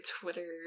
Twitter